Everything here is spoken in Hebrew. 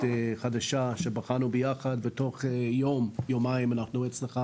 חדשה שבחנו ביחד בתוך יום-יומיים אנחנו אצלך,